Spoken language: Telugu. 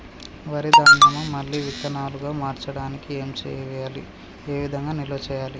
వరి ధాన్యము మళ్ళీ విత్తనాలు గా మార్చడానికి ఏం చేయాలి ఏ విధంగా నిల్వ చేయాలి?